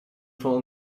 fall